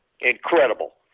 Incredible